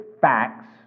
facts